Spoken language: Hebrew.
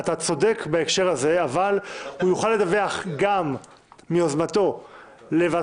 אתה צודק בהקשר הזה אבל הוא יוכל לדווח גם מיוזמתו לוועדת